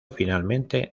finalmente